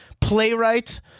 playwright